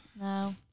no